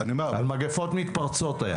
היה על מגפות מתפרצות.